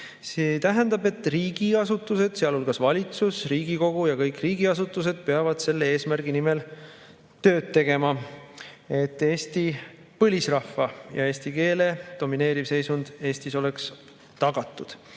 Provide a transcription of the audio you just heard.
See tähendab, et kõik riigiasutused, sealhulgas valitsus ja Riigikogu, peavad selle eesmärgi nimel tööd tegema, et Eesti põlisrahva ja eesti keele domineeriv seisund Eestis oleks tagatud.